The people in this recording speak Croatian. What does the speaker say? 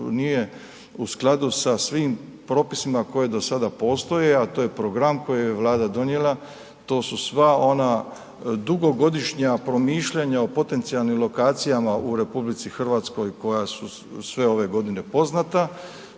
nije u skladu sa svim propisima koji do sada postoje, a to je program koji je Vlada donijela to su sva ona dugogodišnja promišljanja o potencijalnim lokacijama u RH koja su sve ove godine poznata.